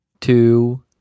two